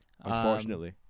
Unfortunately